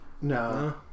No